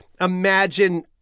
imagine